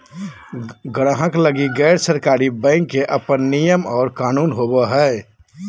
गाहक लगी गैर सरकारी बैंक के अपन नियम और कानून होवो हय